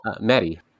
Maddie